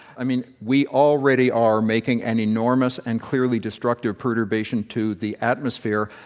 i mean, we already are making an enormous and clearly destructive perturbation to the atmosphere.